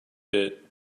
bit